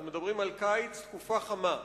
אנחנו מדברים על קיץ, תקופה חמה.